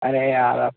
अरे यार अब